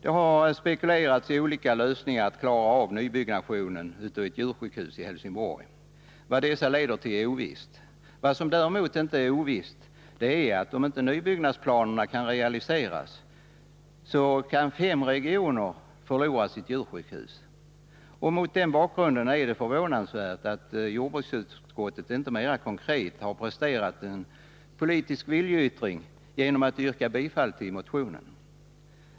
Det har spekulerats i olika lösningar för att klara en nybyggnation av ett djursjukhus i Helsingborg. Vad dessa leder till är ovisst. Vad som däremot inte är ovisst är att om inte nybyggnadsplanerna kan realiseras så kan fem regioner förlora sitt djursjukhus. Mot den bakgrunden är det förvånansvärt att jordbruksutskottet inte mera konkret har presterat en politisk viljeyttring genom att tillstyrka motionen.